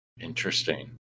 Interesting